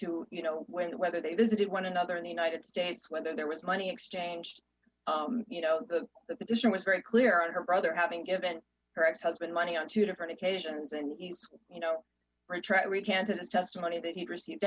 to you know when whether they visited one another in the united states whether there was money exchanged you know the petition was very clear on her brother having given her ex husband money on two different occasions and he's you know recanted his testimony that he received